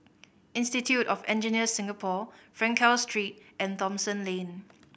Institute of Engineers Singapore Frankel Street and Thomson Lane